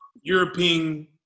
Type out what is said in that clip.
European